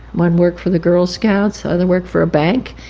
one worked for the girl scouts, the other worked for a bank.